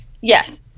Yes